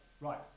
right